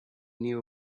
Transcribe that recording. knew